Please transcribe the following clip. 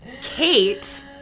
Kate